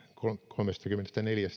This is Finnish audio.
kolmekymmentäneljä